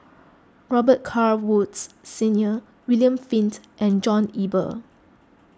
Robet Carr Woods Senior William Flint and John Eber